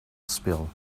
spill